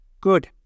Good